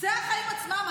זה החיים עצמם,